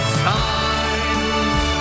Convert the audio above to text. times